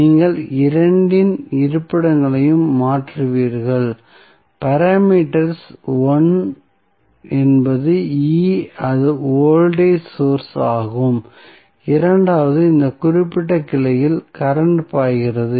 நீங்கள் இரண்டின் இருப்பிடங்களையும் மாற்றுவீர்கள் பாராமீட்டர்ஸ் 1 என்பது E அது வோல்டேஜ் சோர்ஸ் ஆகும் இரண்டாவது இந்த குறிப்பிட்ட கிளையில் கரண்ட் பாய்கிறது